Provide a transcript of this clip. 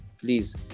please